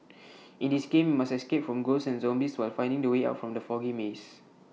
in this game must escape from ghosts and zombies while finding the way out from the foggy maze